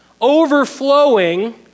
overflowing